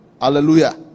Hallelujah